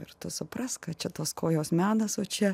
ir tu suprask ką čia tos kojos menas o čia